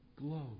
glow